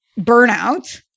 burnout